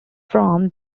from